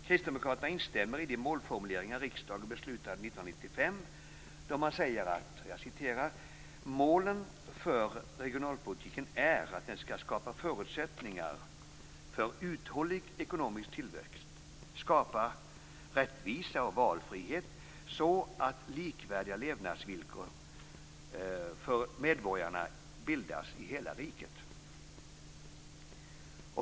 Kristdemokraterna instämmer i de målformuleringar som riksdagen beslutade 1995, där man säger att målen för regionalpolitiken är att den skall skapa förutsättningar för uthållig ekonomisk tillväxt, rättvisa och valfrihet så att likvärdiga levnadsvillkor skapas för medborgarna i hela riket.